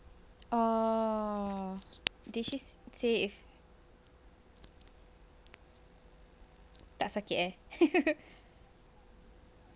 oh did she say if tak sakit eh